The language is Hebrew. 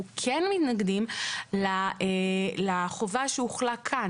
כן מתנגדים לחובה שהוחלה כאן,